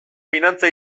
finantza